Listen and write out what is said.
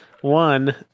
one